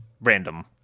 random